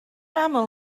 aml